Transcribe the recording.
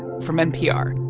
from npr